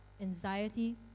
anxiety